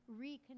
reconnect